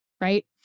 right